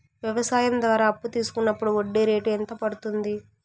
వ్యవసాయం ద్వారా అప్పు తీసుకున్నప్పుడు వడ్డీ రేటు ఎంత పడ్తుంది